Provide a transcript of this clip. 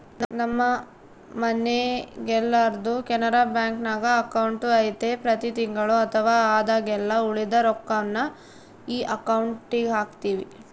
ನಮ್ಮ ಮನೆಗೆಲ್ಲರ್ದು ಕೆನರಾ ಬ್ಯಾಂಕ್ನಾಗ ಅಕೌಂಟು ಐತೆ ಪ್ರತಿ ತಿಂಗಳು ಅಥವಾ ಆದಾಗೆಲ್ಲ ಉಳಿದ ರೊಕ್ವನ್ನ ಈ ಅಕೌಂಟುಗೆಹಾಕ್ತಿವಿ